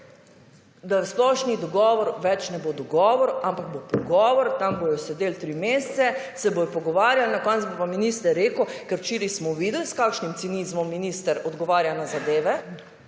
da splošni dogovor več ne bo dogovor, ampak bo pogovor, tam bodo sedeli tri mesece, se bodo pogovarjali na koncu bo pa minister rekle, ker včeraj smo videli s kakšnimi cinizmom minister odgovarja na zadeve